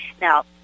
Now